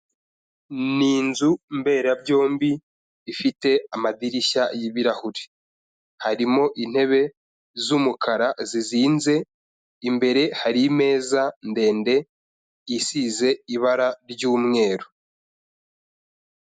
Ni inzu mberabyombi ifite amadirishya y'ibirahuri, harimo intebe z'umukara zizinze, imbere hari imeza ndende isize ibara ry'umweru.